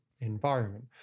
environment